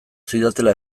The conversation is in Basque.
zidatela